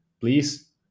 please